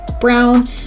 brown